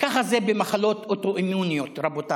ככה זה במחלות אוטו-אימוניות, רבותיי,